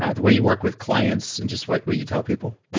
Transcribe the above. ah the way you work with clients, and just what what you tell people?